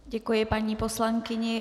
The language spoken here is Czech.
Děkují paní poslankyni.